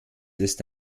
ist